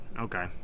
Okay